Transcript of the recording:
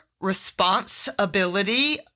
responsibility